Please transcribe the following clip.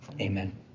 Amen